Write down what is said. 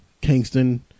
Kingston